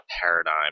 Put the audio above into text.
paradigm